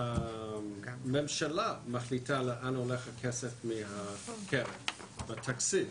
הממשלה מחליטה לאן הולך הכסף מהקרן בתקציב.